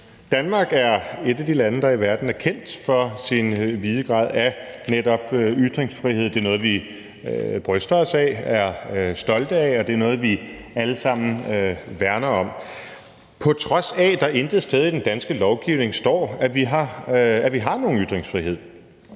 Danmark er et af de lande, der i verden er kendt for sin vide grad af netop ytringsfrihed. Det er noget, vi bryster os af, er stolte af, og det er noget, vi alle sammen værner om, på trods af at der intet sted i den danske lovgivning står, at vi har nogen ytringsfrihed.